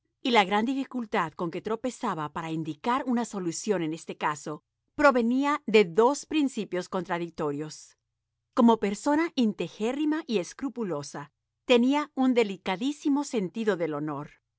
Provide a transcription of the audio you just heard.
y la gran dificultad con que tropezaba para indicar una solución en este caso provenía de dos principios contradictorios como persona integérrima y escrupulosa tenía un delicadísimo sentido del honor